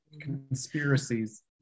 Conspiracies